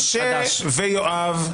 משה ויואב.